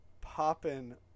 popping